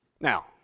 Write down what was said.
Now